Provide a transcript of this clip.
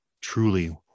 truly